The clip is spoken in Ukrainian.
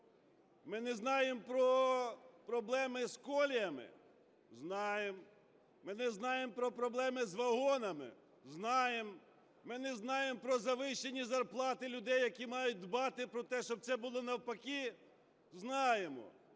Ми не знаємо про проблеми з коліями? Знаємо. Ми не знаємо про проблеми з вагонами? Знаємо. Ми не знаємо про завищені зарплати людей, які мають дбати про те, щоб це було навпаки? Знаємо.